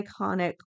Iconic